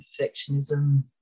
perfectionism